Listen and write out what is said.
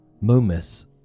Momus